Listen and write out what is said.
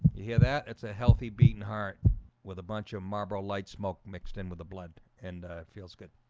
you hear that, it's a healthy beating heart with a bunch of marlboro light smoke mixed in with the blood and it feels good